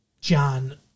John